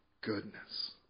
Goodness